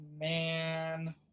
man